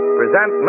present